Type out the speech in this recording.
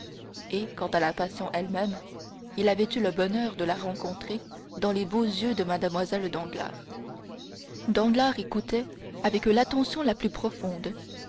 et quant à la passion elle-même il avait eu le bonheur de la rencontrer dans les beaux yeux de mlle danglars danglars écoutait avec l'attention la plus profonde